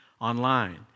online